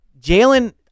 Jalen